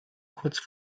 kurz